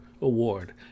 Award